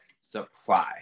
supply